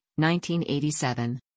1987